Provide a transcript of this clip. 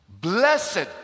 Blessed